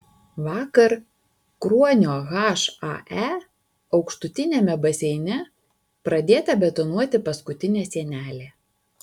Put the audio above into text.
vakar kruonio hae aukštutiniame baseine pradėta betonuoti paskutinė sienelė